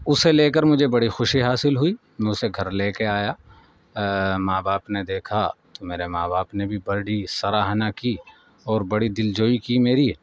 اسے لے کر مجھے بڑی خوشی حاصل ہوئی میں اسے گھر لے کے آیا ماں باپ نے دیکھا تو میرے ماں باپ نے بھی بڑی سراہنا کی اور بڑی دلجوئی کی میری